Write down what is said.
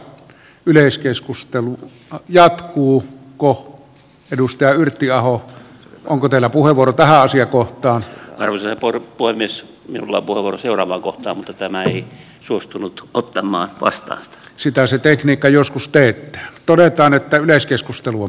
yleiskeskustelu jatkuu ko edustaja yrttiaho houkutella punavuorta naisia kohtaan rehellisiä por poimiessa minullapa oli seuraava kohta mutta tämä ei suostunut ottamaan vastaan sitä se tekniikka joskus pettää todetaan että yleiskeskusteluun